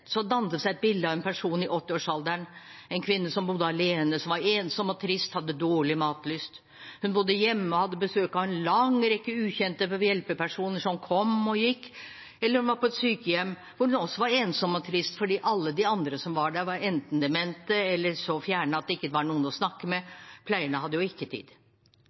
seg et bilde av en person i 80-årsalderen, en kvinne som bodde alene, som var ensom og trist og hadde dårlig matlyst. Hun bodde hjemme og hadde besøk av en lang rekke ukjente hjelpepersoner som kom og gikk, eller hun var på et sykehjem der hun også var ensom og trist, for alle de andre som var der, var enten demente eller så fjerne at det ikke var noen å snakke med – pleierne hadde jo ikke tid.